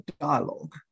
dialogue